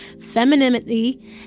Femininity